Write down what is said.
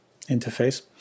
interface